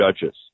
judges